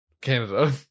Canada